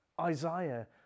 isaiah